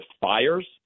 fires